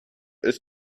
ist